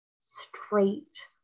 straight